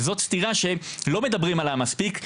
וזאת סתירה שלא מדברים עליה מספיק,